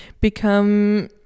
become